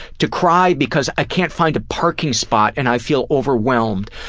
to cry because i can't find a parking spot and i feel overwhelmed,